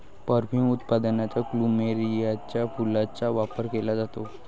perfume उत्पादनात प्लुमेरियाच्या फुलांचा वापर केला जातो